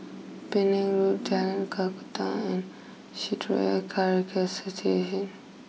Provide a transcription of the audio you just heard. Penang Road Jalan Kakatua and Shitoryu Karate Association